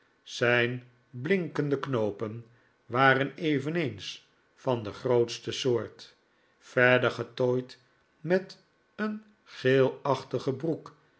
zijn blinkende knoopen waren eveneens van de grootste soort verder getooid met een geelachtige broek